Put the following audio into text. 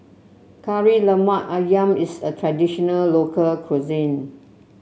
Kari Lemak ayam is a traditional local cuisine